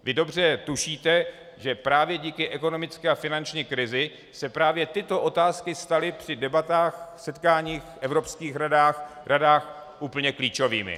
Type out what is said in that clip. Vy dobře tušíte, že právě díky ekonomické a finanční krizi se právě tyto otázky staly při debatách, setkáních v evropských radách úplně klíčovými.